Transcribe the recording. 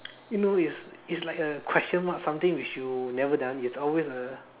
you know is is like a question mark something which you've never done it's always a